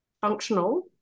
functional